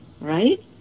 right